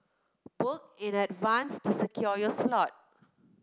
book in advance to secure your slot